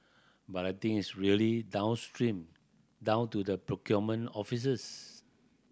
but I think it's really downstream down to the procurement offices